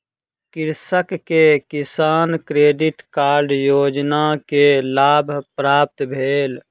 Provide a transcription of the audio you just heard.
कृषक के किसान क्रेडिट कार्ड योजना के लाभ प्राप्त भेल